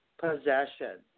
possession